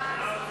ההצעה